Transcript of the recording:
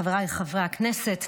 חבריי חברי הכנסת,